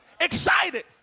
excited